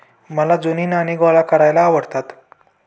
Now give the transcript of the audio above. मला जुनी नाणी गोळा करायला आवडतात